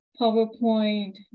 PowerPoint